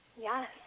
Yes